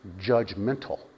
judgmental